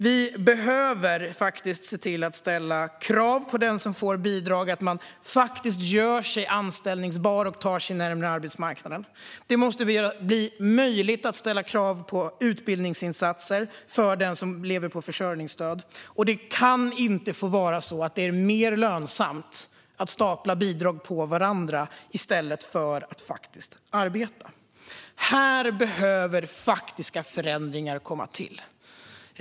Vi behöver faktiskt ställa krav på den som får bidrag att man gör sig anställbar och tar sig närmare arbetsmarknaden. Det måste bli möjligt att ställa krav på utbildningsinsatser från den som lever på försörjningsstöd, och det kan inte få vara så att det är mer lönsamt att stapla bidrag på varandra än att faktiskt arbeta. Här behövs faktiska förändringar.